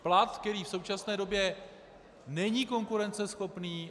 Plat, který v současné době není konkurenceschopný.